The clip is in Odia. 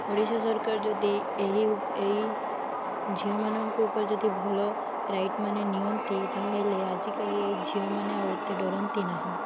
ଓଡ଼ିଶା ସରକାର ଯଦି ଏହି ଏହି ଝିଅମାନଙ୍କ ଉପରେ ଯଦି ଭଲ ରାଇଟ୍ ମାନେ ନିଅନ୍ତି ତାହେଲେ ଆଜିକାଲି ଏଇ ଝିଅମାନେ ଆଉ ଏତେ ଡରନ୍ତି ନାହିଁ